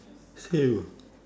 same